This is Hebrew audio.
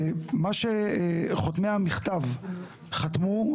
מה שחותמי המכתב חתמו,